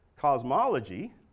cosmology